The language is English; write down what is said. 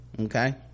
okay